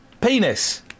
Penis